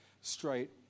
straight